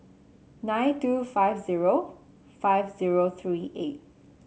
nine two five zero five zero three eight